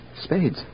Spades